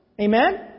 Amen